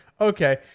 Okay